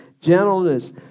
gentleness